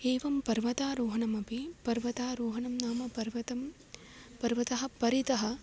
एवं पर्वतारोहणमपि पर्वतारोहणं नाम पर्वतं पर्वतं परितः